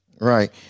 right